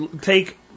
Take